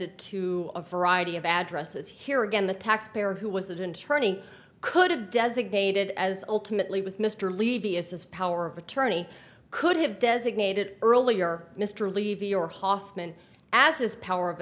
it to a variety of addresses here again the taxpayer who wasn't interning could have designated as ultimately with mr levy as this power of attorney could have designated earlier mr levy or hoffman as his power of